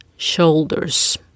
shoulders